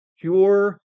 pure